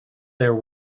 there